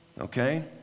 Okay